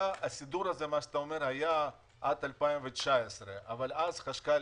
הסידור הזה שאתה מתאר היה עד 2019 אבל אז החשכ"ל